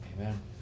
Amen